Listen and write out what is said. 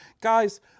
guys